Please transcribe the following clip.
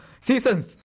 seasons